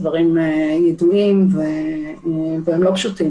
הדברים ידועים, וזה לא פשוט,